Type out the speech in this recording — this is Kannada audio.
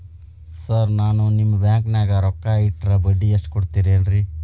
ಸರ್ ನಾನು ನಿಮ್ಮ ಬ್ಯಾಂಕನಾಗ ರೊಕ್ಕ ಇಟ್ಟರ ಬಡ್ಡಿ ಕೊಡತೇರೇನ್ರಿ?